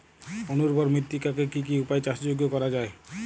অনুর্বর মৃত্তিকাকে কি কি উপায়ে চাষযোগ্য করা যায়?